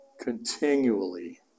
continually